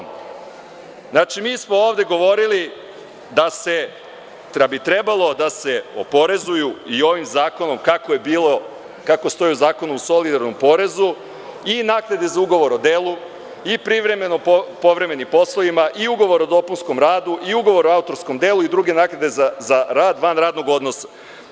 Mi smo ovde govorili da bi trebalo da se oporezuju i ovim zakonom, kako stoji u Zakonu o solidarnom porezu, i naknade za ugovor o delu i privremeno povremenim poslovima i ugovor o dopunskom radu i ugovor o autorskom delu i druge naknade za rad van radnog odnosa.